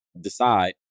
decide